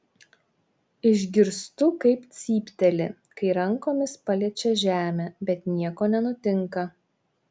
išgirstu kaip cypteli kai rankomis paliečia žemę bet nieko nenutinka